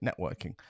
Networking